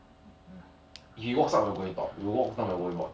cause I'm pretty sure we win for three V four though